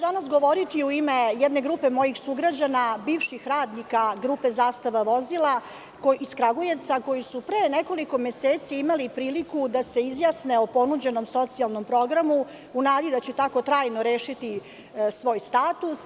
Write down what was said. Danas ću govoriti u ime jedne grupe mojih sugrađana, bivših radnika grupe „Zastava vozila“ iz Kragujevca, koji su pre nekoliko meseci imali priliku da se izjasne o ponuđenom socijalnom programu, u nadi da će tako trajno rešiti svoj status.